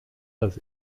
dass